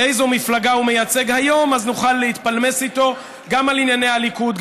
איזו מפלגה הוא מייצג היום אז נוכל להתפלמס איתו גם על ענייני הליכוד,